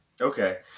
Okay